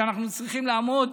שאנחנו צריכים לעמוד